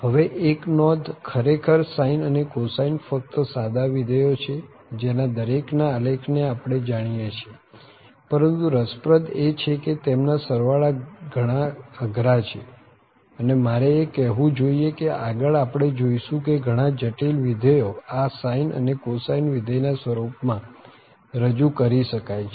હવે એક નોંધ ખરેખર sine અને cosine ફક્ત સાદા વિધેયો છે જેના દરેક ના આલેખને આપણે જાણીએ છીએ પરંતુ રસપ્રદ એ છે કે તેમના સરવાળા ઘણા અઘરા છે અને મારે એ કહેવું જોઈએ કે આગળ આપણે જોઈશું કે ઘણા જટિલ વિધેયો આ sine અને cosine વિધેય ના સ્વરૂપ માં રજુ કરી શકાય છે